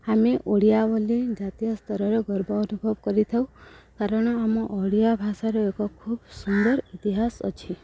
ଆମେ ଓଡ଼ିଆ ବୋଲି ଜାତୀୟସ୍ତରରେ ଗର୍ବ ଅନୁଭବ କରିଥାଉ କାରଣ ଆମ ଓଡ଼ିଆ ଭାଷାର ଏକ ଖୁବ ସୁନ୍ଦର ଇତିହାସ ଅଛି